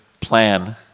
plan